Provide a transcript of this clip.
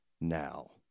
now